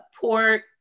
pork